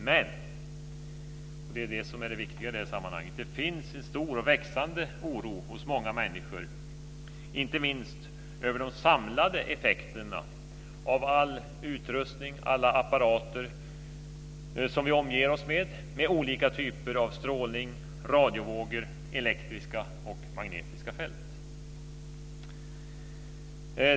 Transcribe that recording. Men - och det är det som är det viktiga i sammanhanget - det finns en stor och växande oro hos många människor inte minst över de samlade effekterna av all utrustning och alla apparater som vi omger oss med. De avger alla olika typer av strålning, radiovågor och elektriska och magnetiska fält.